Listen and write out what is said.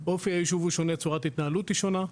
אופי היישוב הוא שונה, צורת ההתנהלות היא שונה.